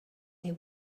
they